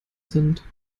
sind